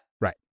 Right